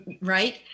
right